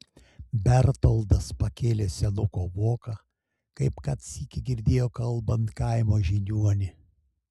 bertoldas pakėlė senuko voką kaip kad sykį girdėjo kalbant kaimo žiniuonį